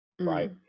right